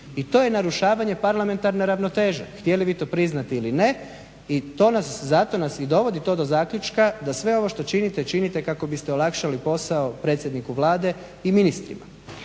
i to je narušavanje parlamentarne ravnoteže, htjeli vi to priznat ili ne i zato nas i dovodi to do zaključka da sve ovo što činite, činite kako biste olakšali posao predsjedniku Vlade i ministrima.